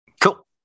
Cool